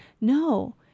No